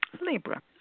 Libra